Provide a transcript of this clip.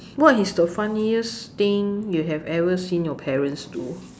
what is the funniest thing you have ever seen your parents do